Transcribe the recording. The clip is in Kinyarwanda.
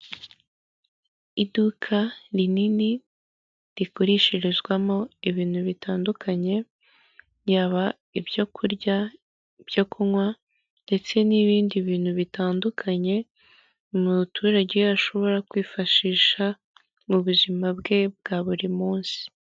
Iduka rinini rikoreshezwamo ibintu bitandukanye, yaba ibyo kurya, ibyo kunywa ndetse n'ibindi bintu bitandukanye, umuturage ashobora kwifashisha mu buzima bwe bwa buri munsi.